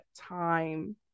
time